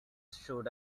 should